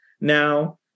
now